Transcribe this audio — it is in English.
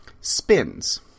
spins